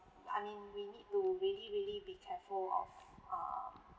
I mean we need to really really be careful of err